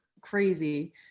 crazy